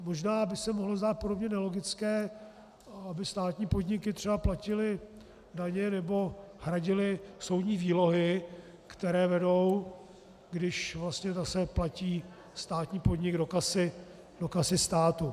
Možná by se mohlo zdát podobně nelogické, aby státní podniky třeba platily daně nebo hradily soudní výlohy, které vedou, když vlastně zase platí státní podnik do kasy státu.